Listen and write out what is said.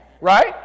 right